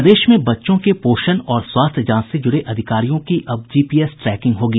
प्रदेश में बच्चों के पोषण और स्वास्थ्य जांच से जुड़े अधिकारियों की अब जीपीएस ट्रैकिंग होगी